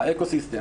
ה-אקו סיסטם.